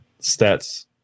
stats